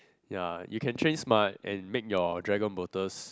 ya you can train smart and make your dragon boaters